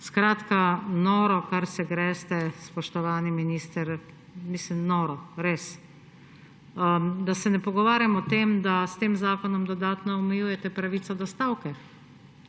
Skratka, noro, kar se greste, spoštovani minister. Mislim, noro, res! Da se ne pogovarjam o tem, da s tem zakonom dodatno omejujete pravico do stavke